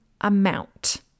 amount